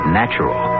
natural